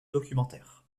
documentaire